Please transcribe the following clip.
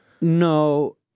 No